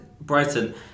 Brighton